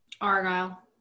Argyle